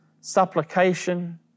supplication